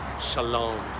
shalom